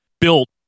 built